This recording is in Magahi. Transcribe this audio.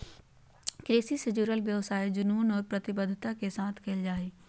कृषि से जुडल व्यवसाय जुनून और प्रतिबद्धता के साथ कयल जा हइ